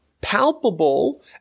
palpable